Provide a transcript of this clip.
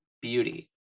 beauty